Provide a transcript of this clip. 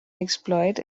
exploit